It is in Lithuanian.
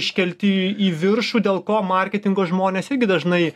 iškelti į viršų dėl ko marketingo žmonės irgi dažnai